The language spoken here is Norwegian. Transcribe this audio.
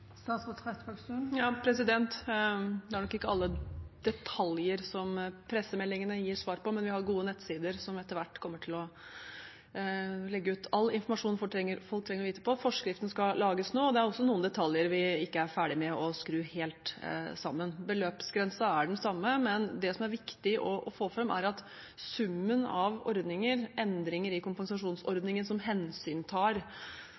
Det er nok ikke alle detaljer som pressemeldingene gir svar på, men vi har gode nettsider som etter hvert kommer til å legge ut all informasjon folk trenger å vite. Forskriftene skal lages nå, og det er også noen detaljer vi ikke er ferdige med å skru helt sammen. Beløpsgrensen er den samme, men det som er viktig å få fram, er at summen av ordninger – endringer i